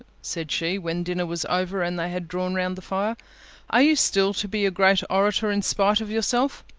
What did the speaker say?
said she, when dinner was over and they had drawn round the fire are you still to be a great orator in spite of yourself?